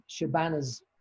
Shabana's